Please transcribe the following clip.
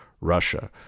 russia